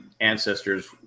ancestors